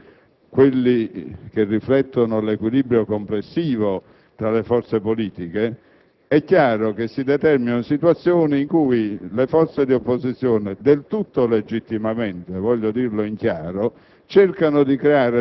ovviamente quelli che riflettono l'equilibrio complessivo tra le forze politiche nell'intero Senato, si determinano situazioni in cui l'opposizione, del tutto legittimamente, voglio dirlo in chiaro,